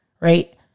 Right